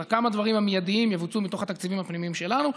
אז הכמה-דברים המיידיים יבוצעו מתוך התקציבים הפנימיים שלנו,